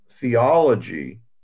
theology